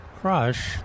crush